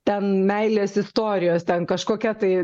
ten meilės istorijos ten kažkokia tai